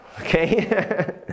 okay